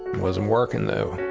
wasn't working, though.